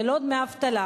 ללא דמי אבטלה,